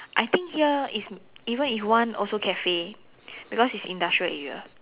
I think here if even if you want also cafe because it's industrial area